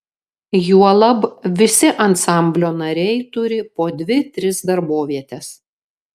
juolab visi ansamblio nariai turi po dvi tris darbovietes